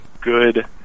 good